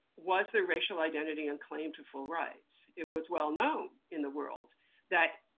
was their racial identity and claim to full rights. it was well known in the world that